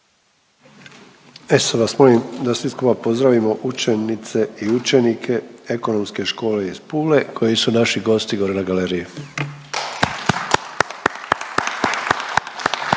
E sad vas molim da svi skupa pozdravimo učenice i učenike Ekonomske škole iz Pule koji su naši gosti gore na galeriji…/Pljesak./….